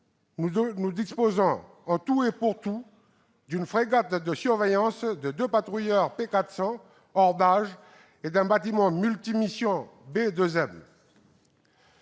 nous disposons, en tout et pour tout, d'une frégate de surveillance, de deux patrouilleurs P400 hors d'âge et d'un bâtiment multimissions B2M.